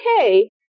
okay